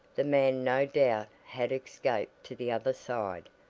the man no doubt had escaped to the other side,